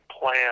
plan